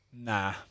Nah